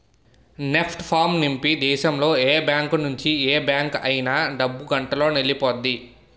NEFT form నింపి దేశంలో ఏ బ్యాంకు నుంచి ఏ బ్యాంక్ అయినా డబ్బు గంటలోనెల్లిపొద్ది